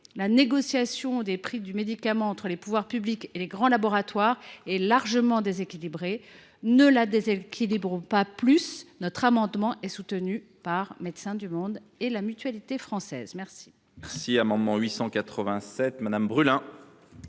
la négociation du prix des médicaments entre les pouvoirs publics et les grands laboratoires est largement déséquilibrée. Alors, ne la déséquilibrons pas davantage ! Notre amendement est soutenu par Médecins du monde et la Mutualité française. La